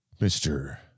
Mr